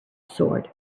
sword